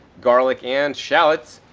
garlic and shallots.